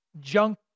junk